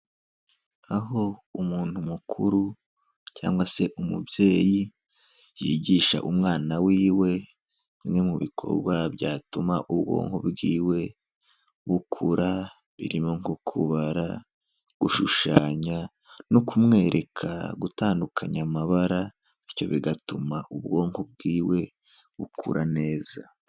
Aho umuntu mukuru cyangwa se umubyeyi yigisha umwana w'iwe, bimwe mu bikorwa byatuma ubwonko bw'iwe bukura, birimo nko kubara, gushushanya no kumwereka gutandukanya amabara bityo bigatuma ubwonko bw'iwe bukura neza.